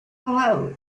hello